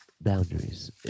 boundaries